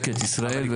לקט ישראל.